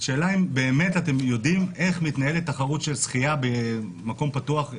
השאלה אם באמת אתם יודעים איך מתנהלת תחרות של שחייה במים פתוחים,